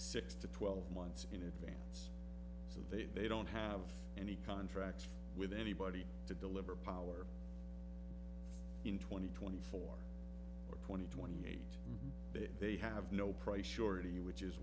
six to twelve months in advance so they they don't have any contracts with anybody to deliver power in twenty twenty four twenty twenty eight they have no price surety which is